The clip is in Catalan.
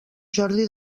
jordi